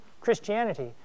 Christianity